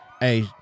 hey